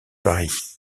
paris